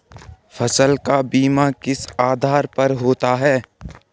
फसल का बीमा किस आधार पर होता है?